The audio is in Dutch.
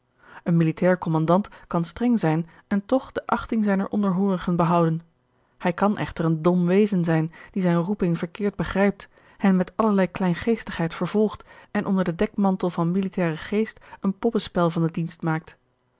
een militair kommandant kan streng zijn en toch de achting zijner onderhoorigen behouden hij kan echter een dom wezen zijn die zijne roeping verkeerd begrijpt hen met allerlei kleingeestigheid vervolgt en onder den dekmantel van militairen geest een poppenspel van de dienst maakt